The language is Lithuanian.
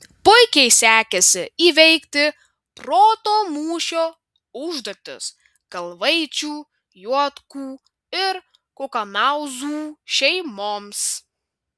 puikiai sekėsi įveikti proto mūšio užduotis kalvaičių juotkų ir kukanauzų šeimoms